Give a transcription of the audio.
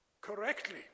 correctly